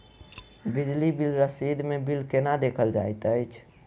बिजली बिल रसीद मे बिल केना देखल जाइत अछि?